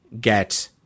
get